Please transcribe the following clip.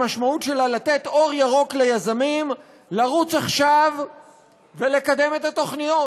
לתת אור ירוק ליזמים לרוץ עכשיו ולקדם את התוכניות,